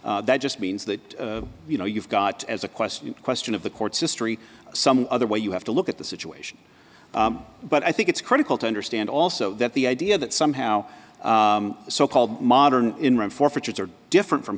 that just means that you know you've got as a question a question of the court's astri some other way you have to look at the situation but i think it's critical to understand also that the idea that somehow the so called modern in rome forfeitures are different from